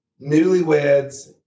Newlyweds